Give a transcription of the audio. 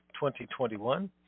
2021